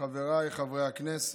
חבריי חברי הכנסת,